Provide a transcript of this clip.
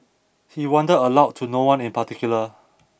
he wondered aloud to no one in particular